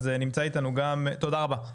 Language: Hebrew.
תודה רבה.